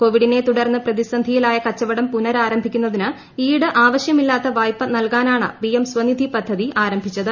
കോവിഡിനെ തുടർന്ന് പ്രതിസന്ധിയിലായ കച്ചവടം പുനരാരംഭിക്കുന്നതിന് ഈട് ആവശ്യമില്ലാത്ത വായ്പ നൽകാനാണ് പിഎം സ്വനിധി പദ്ധതി ആരംഭിച്ചത്